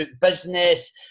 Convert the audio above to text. Business